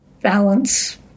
balance